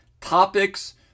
topics